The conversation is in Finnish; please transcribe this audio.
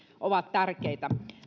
ovat tärkeitä